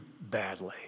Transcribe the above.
badly